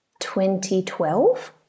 2012